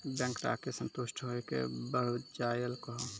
Bank ग्राहक के संतुष्ट होयिल के बढ़ जायल कहो?